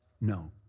No